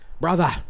brother